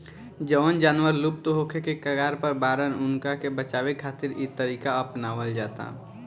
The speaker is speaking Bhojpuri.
जवन जानवर लुप्त होखे के कगार पर बाड़न उनका के बचावे खातिर इ तरीका अपनावल जाता